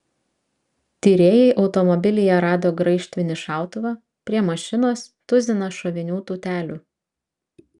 tyrėjai automobilyje rado graižtvinį šautuvą prie mašinos tuziną šovinių tūtelių